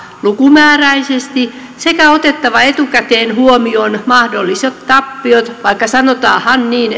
lukumääräisesti sekä ottaa etukäteen huomioon mahdolliset tappiot vaikka sanotaanhan niin